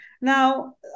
Now